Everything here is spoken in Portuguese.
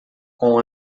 com